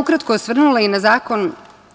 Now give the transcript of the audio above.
Ukratko bih se osvrnula i na Zakon